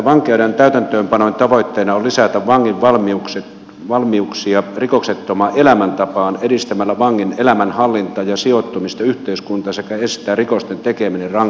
vankeuden täytäntöönpanon tavoitteena on lisätä vangin valmiuksia rikoksettomaan elämäntapaan edistämällä vangin elämänhallintaa ja sijoittumista yhteiskuntaan sekä estää rikosten tekeminen rangaistusaikana